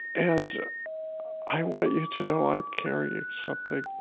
and i want you to know i'm carrying something,